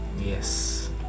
Yes